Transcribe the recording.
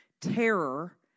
terror